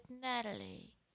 Natalie